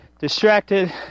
distracted